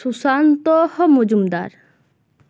Sushant Majumdar